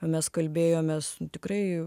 mes kalbėjomės tikrai